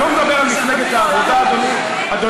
אני לא מדבר על מפלגת העבודה, אדוני